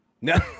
No